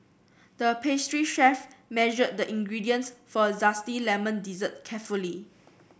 the pastry chef measured the ingredients for a zesty lemon dessert carefully